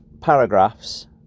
paragraphs